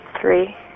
three